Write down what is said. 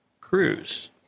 cruise